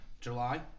July